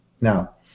now